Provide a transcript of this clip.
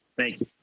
thank you,